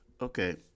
Okay